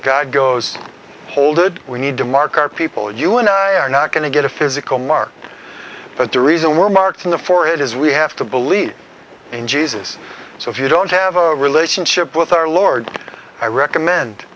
earth goes hold it we need to mark our people you and i are not going to get a physical mark but the reason we're marked in the for it is we have to believe in jesus so if you don't have a relationship with our lord i recommend